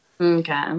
Okay